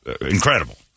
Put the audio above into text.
incredible